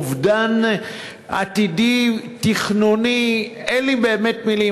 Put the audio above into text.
אובדן עתידי תכנוני, אין לי באמת מילים.